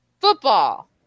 Football